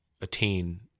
attain